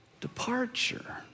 departure